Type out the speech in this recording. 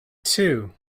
two